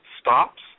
stops